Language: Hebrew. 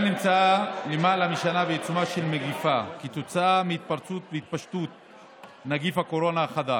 אנחנו נפעל באותה דרך כדי להפיל את הממשלה הלא-ראויה הזו.